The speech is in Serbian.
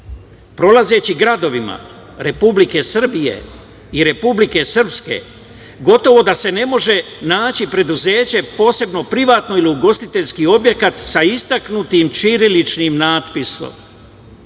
Prolazeći gradovima Republike Srbije i Republike Srpske, gotovo da se ne može naći preduzeće posebno privatno ili ugostiteljski objekat sa istaknutim ćiriličnim natpisom,